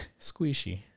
squishy